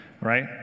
right